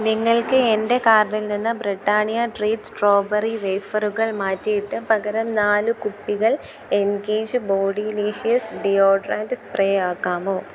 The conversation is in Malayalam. നിങ്ങൾക്ക് എന്റെ കാർഡിൽ നിന്ന് ബ്രിട്ടാനിയ ട്രീറ്റ് സ്ട്രോബെറി വേഫറുകൾ മാറ്റിയിട്ടു പകരം നാല് കുപ്പികൾ എൻഗേജ് ബോഡിലിഷ്യസ് ഡിയോഡ്രൻറ്റ് സ്പ്രേ ആക്കാമോ